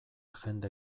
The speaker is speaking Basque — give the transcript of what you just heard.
jende